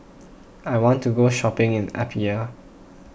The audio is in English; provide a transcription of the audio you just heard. I want to go shopping in Apia